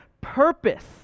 purpose